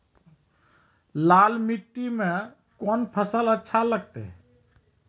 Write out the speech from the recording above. लाल मिट्टी मे कोंन फसल अच्छा लगते?